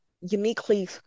uniquely